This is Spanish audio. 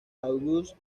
auguste